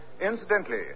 Incidentally